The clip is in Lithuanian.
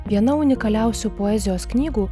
viena unikaliausių poezijos knygų